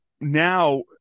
now